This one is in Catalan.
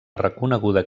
reconeguda